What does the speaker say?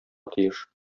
тиеш